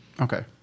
Okay